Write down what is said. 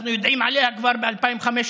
אנחנו יודעים עליה כבר מ-2015.